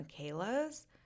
Michaela's